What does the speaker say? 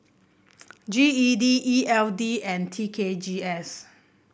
G E D E L D and T K G S